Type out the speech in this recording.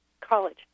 college